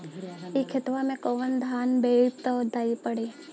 ए खेतवा मे कवन धान बोइब त सही पड़ी?